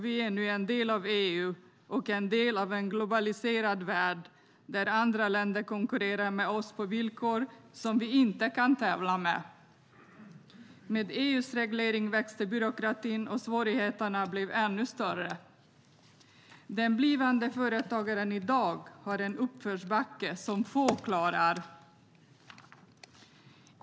Vi är nu en del av EU och en del av en globaliserad värld, där andra länder konkurrerar med oss på villkor som vi inte kan tävla med. Med EU:s regleringar har byråkratin vuxit, och svårigheterna har blivit ännu större. Den blivande företagaren i dag har en uppförsbacke som få klarar.